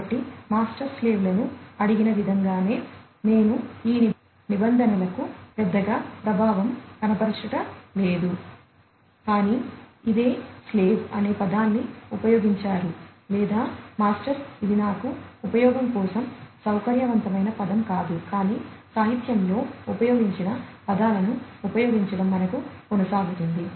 కాబట్టి master slave లను అడిగిన విధంగానే నేను ఈ నిబంధనలకు పెద్దగాప్రభావం కనబరచులేదు కానీ ఇదే స్లేవ్ అనే పదాన్ని ఉపయోగించారు లేదా మాస్టర్ ఇది నాకు ఉపయోగం కోసం సౌకర్యవంతమైన పదం కాదు కానీ సాహిత్యంలో ఉపయోగించిన పదాలను ఉపయోగించడం మనకు కొనసాగుతుంది